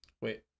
wait